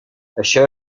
això